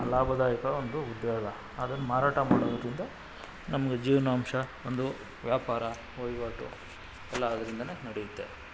ಲಾಭದಾಯಕ ಒಂದು ಉದ್ಯೋಗ ಅದನ್ನ್ನನು ಮಾರಾಟ ಮಾಡೋದರಿಂದ ನಮಗೆ ಜೀವನಾಂಶ ಒಂದು ವ್ಯಾಪಾರ ವಹಿವಾಟು ಎಲ್ಲ ಅದ್ರಿಂದಲೇ ನಡೆಯುತ್ತೆ